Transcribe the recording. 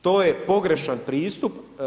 To je pogrešan pristup.